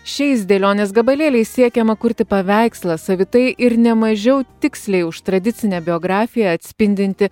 šiais dėlionės gabalėliais siekiama kurti paveikslą savitai ir nemažiau tiksliai už tradicinę biografiją atspindinti